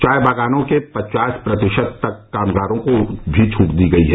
चाय बागानों के पचास प्रतिशत तक कामगारों को भी छूट दी गई है